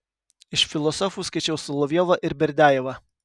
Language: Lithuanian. iš filosofų skaičiau solovjovą ir berdiajevą